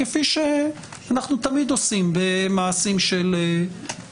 כפי שאנחנו תמיד עושים במעשים של חקיקה.